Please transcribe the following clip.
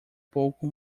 pouco